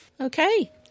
Okay